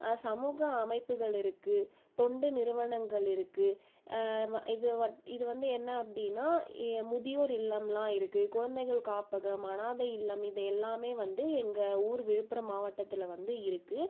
சமூக அமைப்புகள் இருக்குது தொண்டு நிறுவனங்கள் இருக்குது வ இது இது வந்து என்ன அப்டின்னா இ முதியோர் இல்லம்லாம் இருக்குது குழந்தைங்கள் காப்பகம் அனாதை இல்லம் இது எல்லாமே வந்து எங்கள் ஊர் விழுப்புரம் மாவட்டத்தில் வந்து இருக்குது